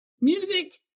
music